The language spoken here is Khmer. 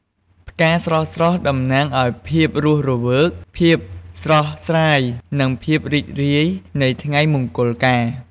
ផ្កាស្រស់ៗតំណាងឱ្យភាពរស់រវើក ភាពស្រស់ស្រាយ និងភាពរីករាយនៃថ្ងៃមង្គលការ។